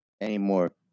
anymore